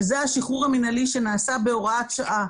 שזה השחרור המינהלי שנעשה בהוראת שעה,